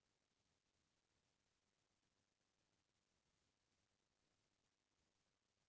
आज के बेरा म तो कोनो भी समाज के मनसे मन ह बाड़ी बखरी लगा लेथे